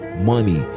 Money